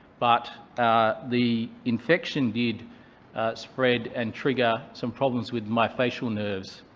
but the infection did spread and trigger some problems with my facial nerves,